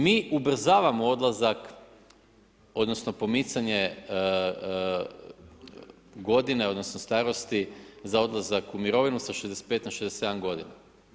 Mi ubrzavamo odlazak, odnosno pomicanje godina odnosno starosti za odlazak u mirovinu sa 65 na 67 godina.